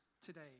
today